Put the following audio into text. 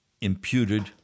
imputed